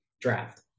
draft